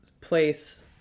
place